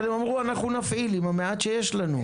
הם אמרו: אנחנו נפעיל עם המעט שיש לנו.